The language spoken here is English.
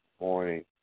morning